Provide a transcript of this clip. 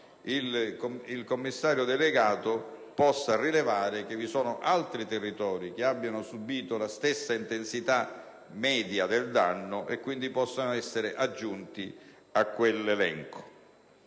il commissario delegato rilevi che vi sono altri territori che hanno subito la stessa intensità media del danno e che quindi possono essere aggiunti a quell'elenco.